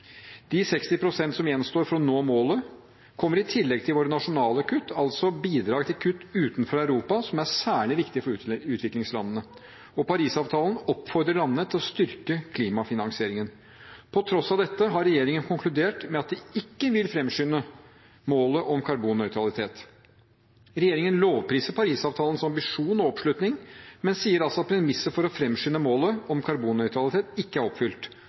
De 60 pst. som gjenstår for å nå målet, kommer i tillegg til våre nasjonale kutt, altså bidrag til kutt utenfor Europa, noe som er særlig viktig for utviklingslandene. Paris-avtalen oppfordrer landene til å styrke klimafinansieringen. På tross av dette har regjeringen konkludert med at de ikke vil framskynde målet om karbonnøytralitet. Regjeringen lovpriser Paris-avtalens ambisjon og oppslutning, men sier altså at premisset for å framskynde målet om karbonnøytralitet ikke er oppfylt.